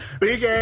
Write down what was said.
big